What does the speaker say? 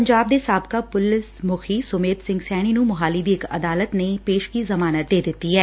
ਪੰਜਾਬ ਦੇ ਸਾਬਕਾ ਪੁਲਿਸ ਮੁਖੀ ਸੁਮੇਧ ਸਿੰਘ ਸੈਣੀ ਨੂੰ ਮੋਹਾਲੀ ਦੀ ਇਕ ਅਦਾਲਤ ਨੇ ਪੇਸ਼ਗੀ ਜ਼ਮਾਨਤ ਦੇ ਦਿੱਡੀ ਐ